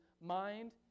mind